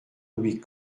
louis